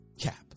cap